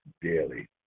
daily